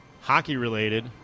Hockey-related